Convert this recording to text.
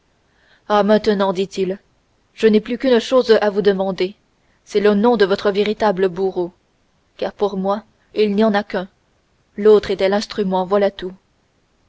ah maintenant dit-il je n'ai plus qu'une chose à vous demander c'est le nom de votre véritable bourreau car pour moi il n'y en a qu'un l'autre était l'instrument voilà tout